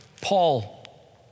Paul